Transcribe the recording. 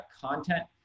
content